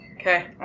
Okay